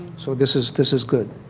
so this is this is good.